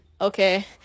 okay